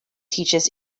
teaches